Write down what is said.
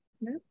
no